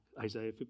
Isaiah